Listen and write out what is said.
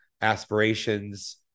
aspirations